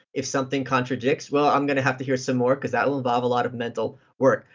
if something contradicts, well i'm gonna have to hear some more, because that will involve a lot of mental work.